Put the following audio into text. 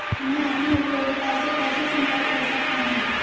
मैं अपनी उपयोगिता से कैसे संपर्क कर सकता हूँ?